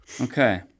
Okay